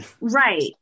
Right